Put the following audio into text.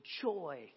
joy